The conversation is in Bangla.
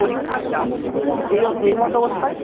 পরীক্ষার চাপ এই এইমতো অবস্থায়